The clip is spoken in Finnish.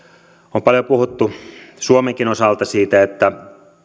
on paljon puhuttu suomenkin osalta siitä että